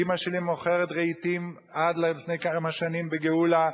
אמא שלי היתה מוכרת רהיטים עד לפני כמה שנים בגאולה,